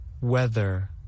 Weather